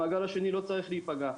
המעגל השני לא צריך להיפגע.